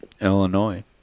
Illinois